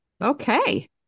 okay